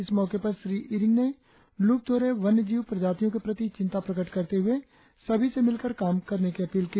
इस मौके पर श्री ईरिंग ने लुप्त हो रहे वन्य जीव प्रजातियों के प्रति चिंता प्रकट करते हुए सभी से मिलकर काम करने की अपील की